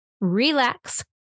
relax